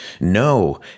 no